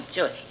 Sure